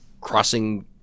crossing